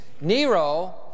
Nero